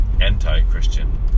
anti-Christian